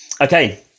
Okay